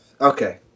Okay